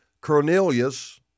Cornelius